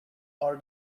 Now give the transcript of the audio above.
are